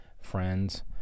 friends